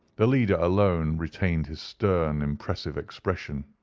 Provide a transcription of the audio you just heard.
the leader alone retained his stern, impressive expression.